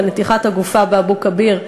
ונתיחת הגופה באבו-כביר,